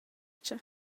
cha